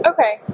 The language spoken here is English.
Okay